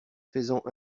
faisant